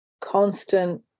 constant